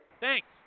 Thanks